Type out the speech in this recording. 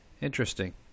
interesting